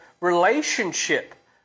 relationship